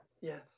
yes